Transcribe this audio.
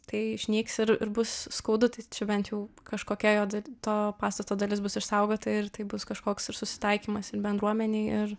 tai išnyks ir ir bus skaudu tai čia bent jau kažkokia jo da to pastato dalis bus išsaugota ir tai bus kažkoks ir susitaikymas ir bendruomenėj ir